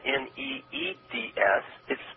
N-E-E-D-S